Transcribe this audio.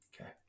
Okay